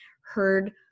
heard